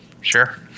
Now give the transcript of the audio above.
Sure